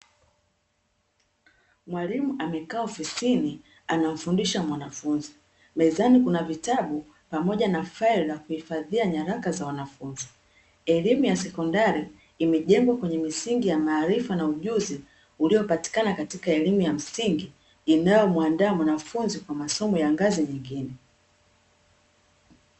Mwalimu amekaa ofisini anamfundisha mwanafunzi mezani kuna vitabu pamoja na faili za kuifadhia nyaraka za wanafunzi, elimu ya sekondari imejengwa kwenye misingi ya maarifa na ujuzi uliopatikana katika elimu ya msingi inayomuandaa mwanafunzi kwa masomo ya ngazi nyingine.